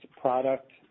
product